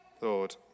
Lord